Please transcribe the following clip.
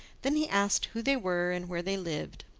then he asked who they were and where they lived.